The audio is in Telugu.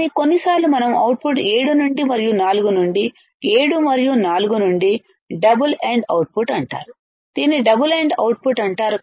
కానీ కొన్నిసార్లు మనం అవుట్పుట్ 7 నుండి మరియు 4 నుండి 7 మరియు 4 నుండి డబుల్ ఎండ్ అవుట్పుట్ అంటారు దీనిని డబుల్ ఎండ్ అవుట్పుట్ అంటారు